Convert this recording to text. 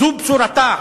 זו בשורתה.